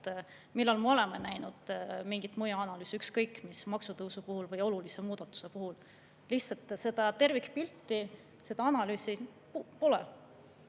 Millal me oleme näinud mõjuanalüüsi ükskõik mis maksutõusu puhul või muu olulise muudatuse puhul? Lihtsalt seda tervikpilti ega analüüsi pole.